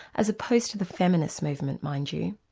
as opposed to the feminist movement, mind you.